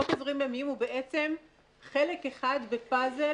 חוק האזורים הימיים הוא בעצם חלק אחד בפאזל